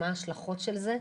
מה ההשלכות של זה?